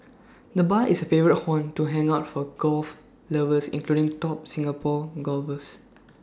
the bar is A favourite haunt to hang out for golf lovers including top Singapore golfers